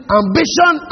ambition